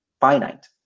finite